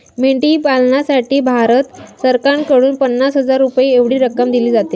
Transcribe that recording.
मेंढी पालनासाठी भारत सरकारकडून पन्नास हजार रुपये एवढी रक्कम दिली जाते